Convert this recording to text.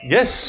Yes